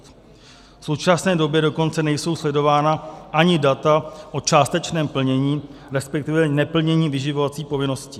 V současné době dokonce nejsou sledována ani data o částečném plnění, respektive neplnění vyživovací povinnosti.